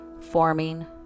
forming